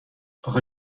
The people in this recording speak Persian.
آخه